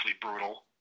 brutal